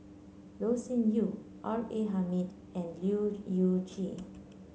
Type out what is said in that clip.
Loh Sin Yun R A Hamid and Leu Yew Chye